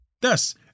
Thus